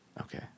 Okay